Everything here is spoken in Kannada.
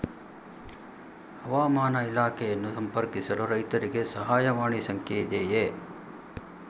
ಹವಾಮಾನ ಇಲಾಖೆಯನ್ನು ಸಂಪರ್ಕಿಸಲು ರೈತರಿಗೆ ಸಹಾಯವಾಣಿ ಸಂಖ್ಯೆ ಇದೆಯೇ?